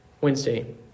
Wednesday